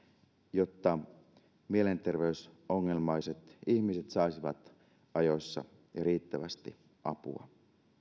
jotta mielenterveysongelmaiset ihmiset saisivat ajoissa ja riittävästi apua